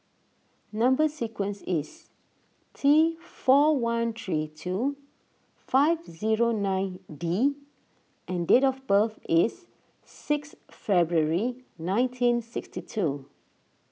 Number Sequence is T four one three two five zero nine D and date of birth is six February nineteen sixty two